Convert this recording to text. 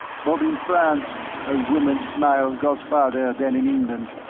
but in france a woman's smile goes farther than in england.